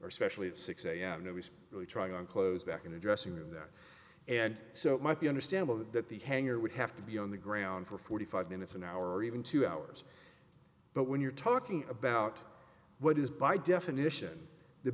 or specially at six am no he's really trying on clothes back in a dressing room that and so it might be understandable that the hanger would have to be on the ground for forty five minutes an hour or even two hours but when you're talking about what is by definition the